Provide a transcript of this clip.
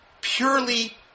purely